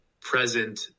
present